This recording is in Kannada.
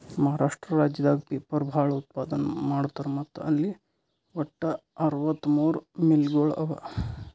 ಮಹಾರಾಷ್ಟ್ರ ರಾಜ್ಯದಾಗ್ ಪೇಪರ್ ಭಾಳ್ ಉತ್ಪಾದನ್ ಮಾಡ್ತರ್ ಮತ್ತ್ ಅಲ್ಲಿ ವಟ್ಟ್ ಅರವತ್ತಮೂರ್ ಮಿಲ್ಗೊಳ್ ಅವಾ